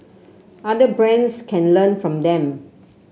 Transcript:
other brands can learn from them